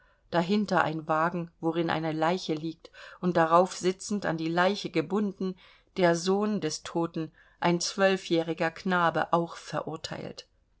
dahinter ein wagen worin eine leiche liegt und darauf sitzend an die leiche gebunden der sohn des toten ein zwölfjähriger knabe auch verurteilt